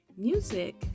Music